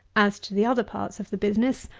as to the other parts of the business,